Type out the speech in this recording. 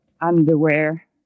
underwear